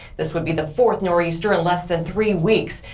this would be the fourth nor'easter in less than three weeks.